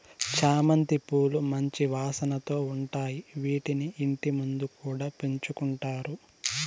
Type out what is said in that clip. చామంతి పూలు మంచి వాసనతో ఉంటాయి, వీటిని ఇంటి ముందు కూడా పెంచుకుంటారు